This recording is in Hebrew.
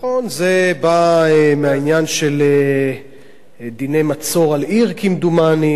זה בא מהעניין של דיני מצור על עיר כמדומני, נכון.